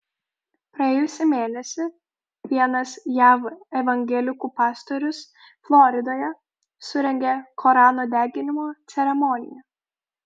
praėjusį mėnesį vienas jav evangelikų pastorius floridoje surengė korano deginimo ceremoniją